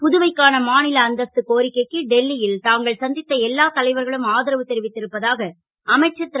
புதுவைக்கான மா ல அந்தஸ்து கோரிக்கைக்கு டெல்லி ல் தாங்கள் சந் த்த எல்லா தலைவர்களும் ஆதரவு தெரிவித்து இருப்பதாக அமைச்சர் ரு